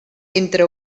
entre